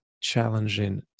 challenging